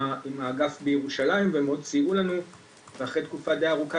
עם האגף בירושלים והם עוד סייעו לנו ואחרי תקופה די ארוכה